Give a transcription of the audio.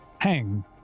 Hang